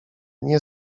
nie